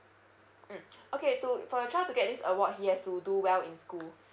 mm okay to for your child to get this award he has to do well in school